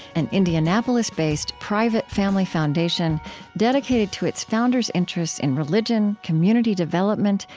an indianapolis-based, private family foundation dedicated to its founders' interests in religion, community development,